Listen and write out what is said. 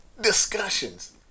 discussions